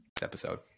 episode